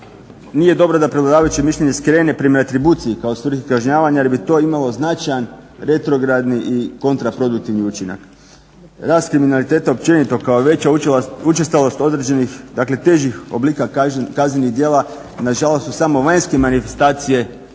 nije dobro da prevladavajuće mišljenje skrene prema atribuciji kao svrhi kažnjavanja jer bi to imalo značajan retrogradni i kontra produktivni učinak. Rast kriminaliteta općenito kao i veća učestalost određenih, dakle težih oblika kaznenih djela na žalost su samo vanjske manifestacije